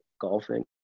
golfing